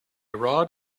rod